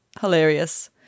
Hilarious